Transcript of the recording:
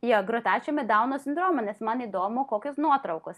jo grotažymė dauno sindromo nes man įdomu kokios nuotraukos